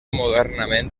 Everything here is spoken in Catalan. modernament